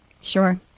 Sure